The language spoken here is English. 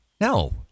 No